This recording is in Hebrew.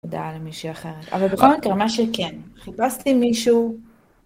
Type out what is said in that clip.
תודה למישהי אחרת. אבל בכל מקרה, מה שכן, חיפשתי מישהו.